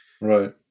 Right